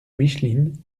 micheline